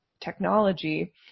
technology